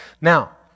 Now